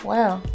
Wow